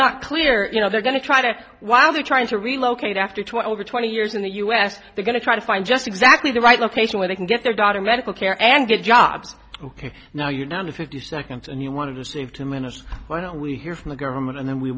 not clear you know they're going to try to while they're trying to relocate after twelve or twenty years in the u s they're going to try to find just exactly the right location where they can get their daughter medical care and get jobs ok now you know under fifty seconds and you want to save to minister why don't we hear from the government and then we